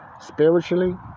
Spiritually